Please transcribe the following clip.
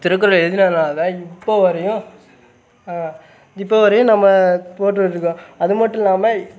திருக்குறளை எழுதுனதுனால இப்போவரையும் இப்போவரையும் நம்ம போற்றிட்டிருக்கோம் அது மட்டும் இல்லாமல் இ